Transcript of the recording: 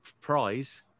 prize